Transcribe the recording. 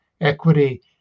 Equity